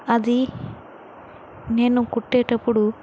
అది నేను కుట్టేటప్పుడు